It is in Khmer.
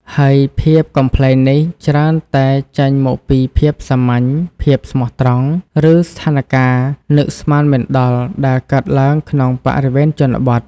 ហើយភាពកំប្លែងនេះច្រើនតែចេញមកពីភាពសាមញ្ញ ភាពស្មោះត្រង់ ឬស្ថានការណ៍នឹកស្មានមិនដល់ដែលកើតឡើងក្នុងបរិបទជនបទ។